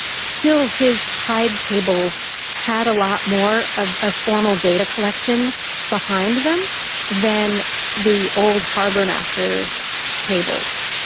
still his tide tables had a lot more of ah formal data collection behind them than the old harbourmaster tables.